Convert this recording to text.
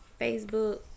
Facebook